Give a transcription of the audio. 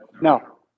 no